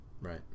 Right